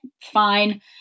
fine